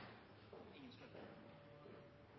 får støtte